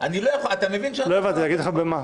אתה מבין שאני --- לא הבנתי, להגיד לך במה?